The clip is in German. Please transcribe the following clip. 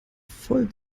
voll